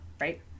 right